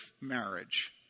marriage